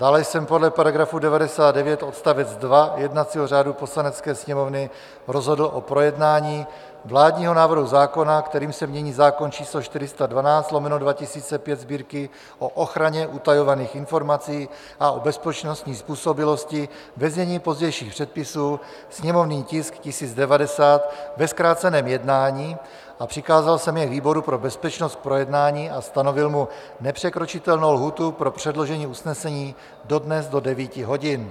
Dále jsem podle § 99 odst. 2 jednacího řádu Poslanecké sněmovny rozhodl o projednání vládního návrhu zákona, kterým se mění zákon č. 412/2005 Sb., o ochraně utajovaných informací a o bezpečnostní způsobilosti, ve znění pozdějších předpisů, sněmovní tisk 1090, ve zkráceném jednání, a přikázal jsem je výboru pro bezpečnost k projednání a stanovil mu nepřekročitelnou lhůtu pro předložení usnesení dodnes do devíti hodin.